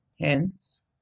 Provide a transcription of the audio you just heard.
hence